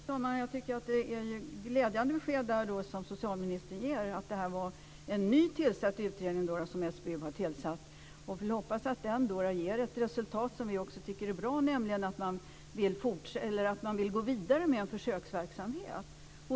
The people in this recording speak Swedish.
Fru talman! Jag tycker att det är ett glädjande besked som socialministern ger om att SBU har tillsatt en ny utredning. Vi får hoppas att den ger ett resultat som vi tycker är bra, nämligen att man vill gå vidare med en försöksverksamhet.